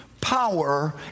power